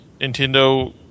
Nintendo